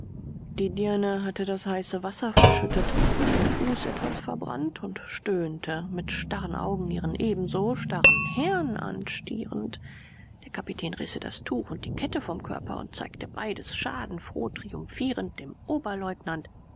die dirne hatte das heiße wasser verschüttet ihren fuß etwas verbrannt und stöhnte mit starren augen ihren ebenso starren herrn anstierend der kapitän riß ihr das tuch und die kette vom körper und zeigte beides schadenfroh triumphierend dem oberleutnant